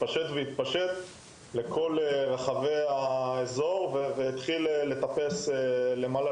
והתפשט לכל רחבי האזור ואף החל לטפס למעלה,